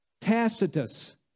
Tacitus